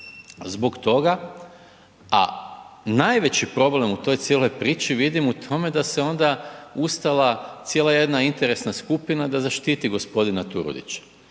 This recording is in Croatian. zbog toga, a najveći problem u toj cijeloj priči vidim u tome da se onda ustala cijela jedna interesna skupina da zaštiti g. Turudića.